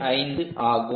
75 ஆகும்